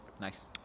nice